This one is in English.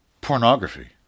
Pornography